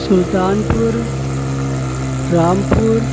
Sultanpur Rampur